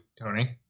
Tony